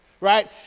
right